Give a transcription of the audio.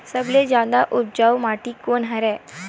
सबले जादा उपजाऊ माटी कोन हरे?